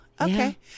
okay